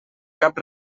cap